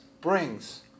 brings